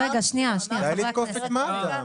--- די לתקוף את מד"א.